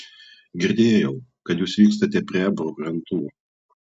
girdėjau kad jūs vykstate prie ebro krantų